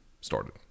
started